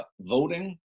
voting